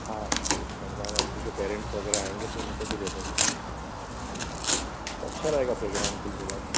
हाँ हाँ करवाना अपने जो पेरेंट्स वग़ैरह आएँगे तो उनको भी दे देंगे है ना तो अच्छा रहेगा प्रोग्राम कुल मिला के